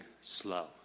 slow